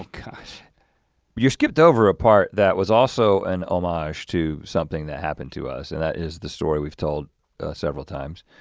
kind of you skipped over a part that was also an homage to something that happened to us, and that is the story we've told several times